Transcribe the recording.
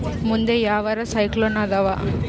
ಮುಂದೆ ಯಾವರ ಸೈಕ್ಲೋನ್ ಅದಾವ?